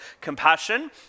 Compassion